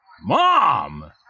Mom